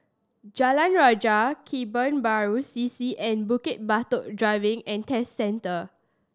Jalan Rajah Kebun Baru C C and Bukit Batok Driving and Test Centre